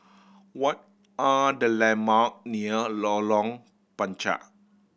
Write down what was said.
what are the landmark near Lorong Panchar